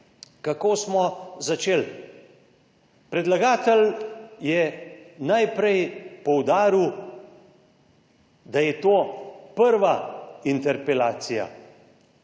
Kako smo začeli? Predlagatelj je najprej poudaril, da je to prva interpelacija,